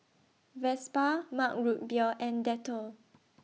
Vespa Mug Root Beer and Dettol